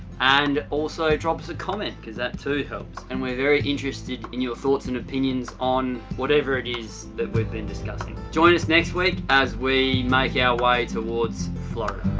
and, also drop us a comment cause that too helps. and, we're very interested in your thoughts and opinions on whatever it is that we've been discussing. join us next week as we make our way towards florida.